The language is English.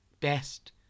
Best